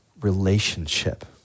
relationship